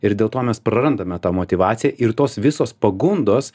ir dėl to mes prarandame tą motyvaciją ir tos visos pagundos